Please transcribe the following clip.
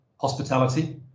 hospitality